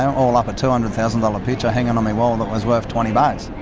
all up a two hundred thousand dollar picture hanging on me wall that was worth twenty bucks.